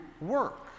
work